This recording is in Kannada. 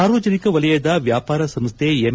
ಸಾರ್ವಜನಿಕ ವಲಯದ ವ್ಯಾಪಾರ ಸಂಸ್ಥೆ ಎಂ